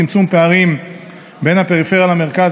צמצום פערים בין הפריפריה למרכז),